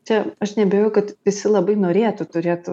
čia aš neabejoju kad visi labai norėtų turėt